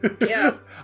Yes